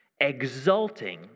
exulting